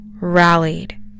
rallied